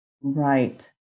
Right